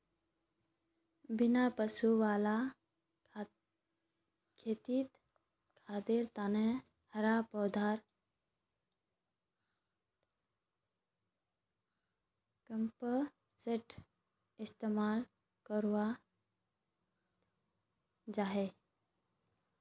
बिना पशु वाला खेतित खादर तने हरा पौधार कम्पोस्ट इस्तेमाल कराल जाहा